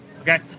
okay